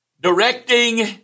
directing